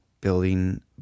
Building